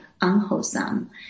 unwholesome